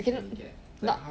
okay not but